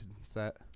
set